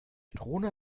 drohne